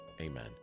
Amen